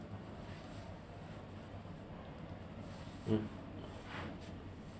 mm